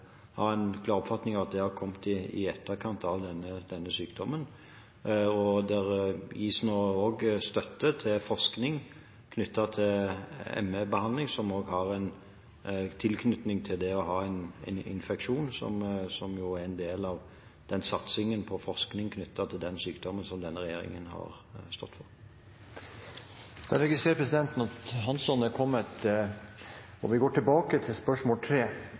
en klar oppfatning av at det har kommet i etterkant av denne sykdommen. Det gis nå også støtte til forskning på ME-behandling, som også har en tilknytning til det å ha en infeksjon, som er en del av den satsingen på forskning på den sykdommen som denne regjeringen har stått for. Da registrerer presidenten at Rasmus Hansson er kommet, og vi går tilbake til spørsmål